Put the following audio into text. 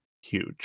huge